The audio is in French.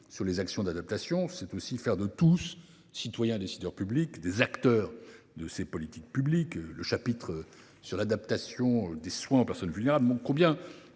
sur les actions d’adaptation, c’est aussi faire de tous, citoyens et décideurs publics, des acteurs de ces politiques publiques. Le chapitre sur l’adaptation des soins pour les personnes vulnérables montre combien